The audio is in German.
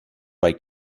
bei